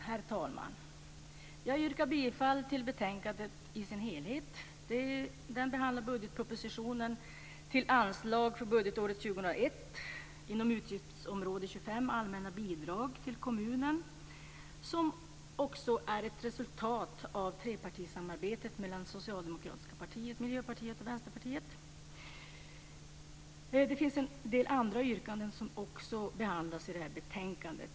Herr talman! Jag yrkar bifall till utskottets hemställan i betänkandet i dess helhet. Betänkandet behandlar budgetpropositionens anslag för budgetåret Det finns en del andra yrkanden som också behandlas i betänkandet.